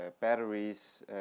batteries